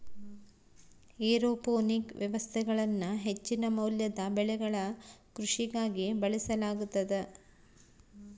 aeroponic ವ್ಯವಸ್ಥೆಗಳನ್ನು ಹೆಚ್ಚಿನ ಮೌಲ್ಯದ ಬೆಳೆಗಳ ಕೃಷಿಗಾಗಿ ಬಳಸಲಾಗುತದ